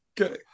Okay